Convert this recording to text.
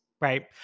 right